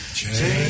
Change